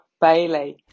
Bailey